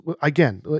Again